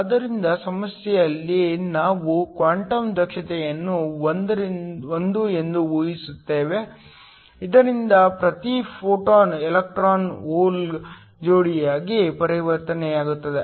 ಕೊನೆಯ ಸಮಸ್ಯೆಯಲ್ಲಿ ನಾವು ಕ್ವಾಂಟಮ್ ದಕ್ಷತೆಯನ್ನು 1 ಎಂದು ಊಹಿಸುತ್ತೇವೆ ಇದರಿಂದ ಪ್ರತಿ ಫೋಟಾನ್ ಎಲೆಕ್ಟ್ರಾನ್ ಹೋಲ್ ಜೋಡಿಯಾಗಿ ಪರಿವರ್ತನೆಯಾಗುತ್ತದೆ